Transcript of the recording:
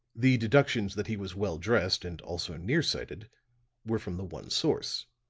the deductions that he was well dressed and also near-sighted were from the one source.